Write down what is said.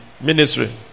ministry